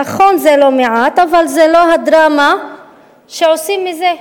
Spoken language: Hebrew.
נכון, זה לא מעט, אבל זה לא הדרמה שעושים מזה.